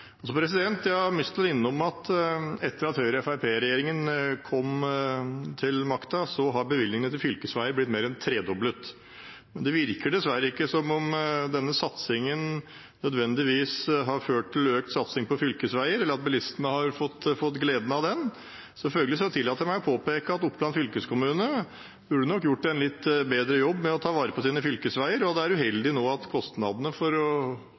at etter at Høyre og Fremskrittspartiet kom til makten, har bevilgningene til fylkesveiene blitt mer enn tredoblet. Men det virker dessverre ikke som om denne satsingen nødvendigvis har ført til økt satsing på fylkesveier, eller til at bilistene har fått glede av den. Følgelig tillater jeg meg å påpeke at Oppland fylkeskommune nok burde gjort en bedre jobb med å ta vare på sine fylkesveier. Det er uheldig at kostnaden for å